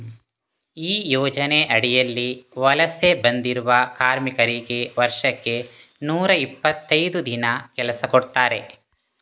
ಈ ಯೋಜನೆ ಅಡಿಯಲ್ಲಿ ವಲಸೆ ಬಂದಿರುವ ಕಾರ್ಮಿಕರಿಗೆ ವರ್ಷಕ್ಕೆ ನೂರಾ ಇಪ್ಪತ್ತೈದು ದಿನ ಕೆಲಸ ಕೊಡ್ತಾರೆ